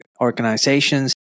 organizations